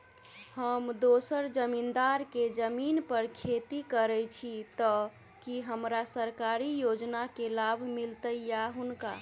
हम दोसर जमींदार केँ जमीन पर खेती करै छी तऽ की हमरा सरकारी योजना केँ लाभ मीलतय या हुनका?